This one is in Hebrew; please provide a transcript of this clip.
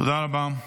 תודה רבה.